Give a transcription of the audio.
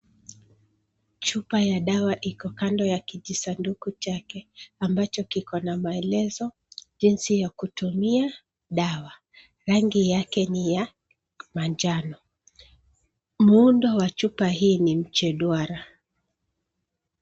Chupa ya dawa iko kando ya kijisanduku chake ambacho kiko na maelezo jinsi ya kutumia dawa rangi yake ni ya manjano muundo wa chupa hii ni mche duara